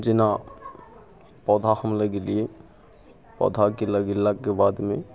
जेना पौधा हम लगेलिए पौधाके लगेलाके बादमे